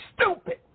stupid